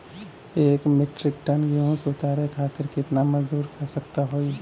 एक metric ton गेहूँ के उतारे खातीर कितना मजदूर क आवश्यकता होई?